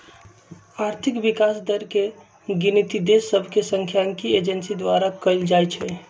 आर्थिक विकास दर के गिनति देश सभके सांख्यिकी एजेंसी द्वारा कएल जाइ छइ